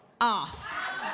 off